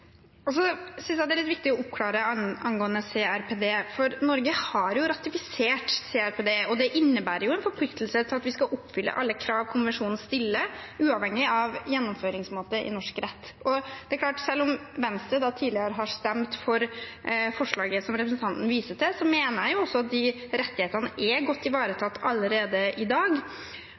jeg det er litt viktig å oppklare følgende angående CRPD: Norge har jo ratifisert CRPD, og det innebærer en forpliktelse til at vi skal oppfylle alle krav konvensjonen stiller, uavhengig av gjennomføringsmåte i norsk rett. Selv om Venstre tidligere har stemt for det forslaget representanten viser til, mener jeg at de rettighetene også er godt ivaretatt allerede i dag.